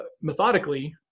methodically